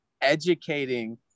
educating